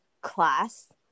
class